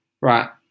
Right